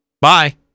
Bye